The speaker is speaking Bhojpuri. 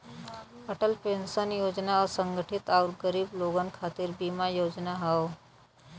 अटल पेंशन योजना असंगठित आउर गरीब लोगन खातिर बीमा योजना हौ